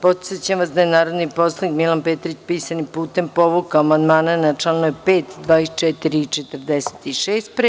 Podsećam vas da je narodni poslanik Miran Petrić pisanim putem povukao amandmane na članove 5, 24. i 46.